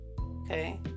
Okay